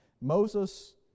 Moses